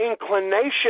inclination